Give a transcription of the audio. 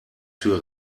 tür